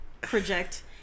project